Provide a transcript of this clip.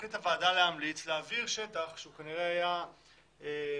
להמליץ להעביר שטח שהוא כנראה היה ללא